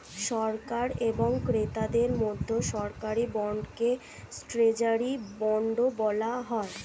সরকার এবং ক্রেতার মধ্যে সরকারি বন্ডকে ট্রেজারি বন্ডও বলা হয়